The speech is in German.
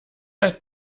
alt